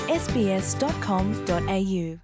sbs.com.au